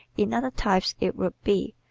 in other types it would be,